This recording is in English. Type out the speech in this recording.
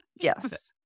yes